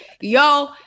yo